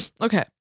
okay